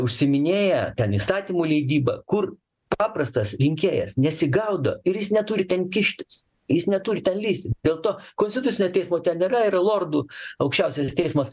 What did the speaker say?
užsiiminėja ten įstatymų leidyba kur paprastas rinkėjas nesigaudo ir jis neturi ten kištis jis neturi ten lįsti dėl to konstitucinio teismo ten nėra yra lordų aukščiausiasis teismas